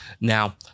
Now